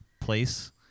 place